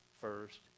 first